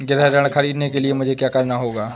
गृह ऋण ख़रीदने के लिए मुझे क्या करना होगा?